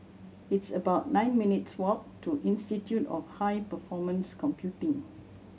it's about nine minutes' walk to Institute of High Performance Computing